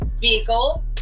vehicle